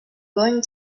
going